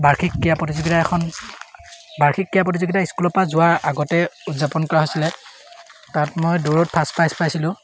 বাৰ্ষিক ক্ৰীড়া প্ৰতিযোগিতা এখন বাৰ্ষিক ক্ৰীড়া প্ৰতিযোগিতা স্কুলৰপৰা যোৱাৰ আগতেই উদযাপন কৰা হৈছিলে তাত মই দৌৰত ফাৰ্ষ্ট প্ৰাইজ পাইছিলোঁ